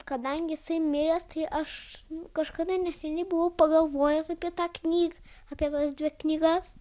kadangi jisai miręs tai aš kažkada neseniai buvau pagalvojęs apie tą knygą apie tas dvi knygas